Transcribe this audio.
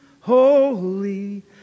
holy